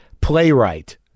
playwright